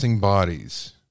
bodies